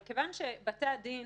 אבל כיוון שבתי הדין